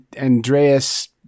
Andreas